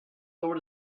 over